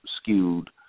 skewed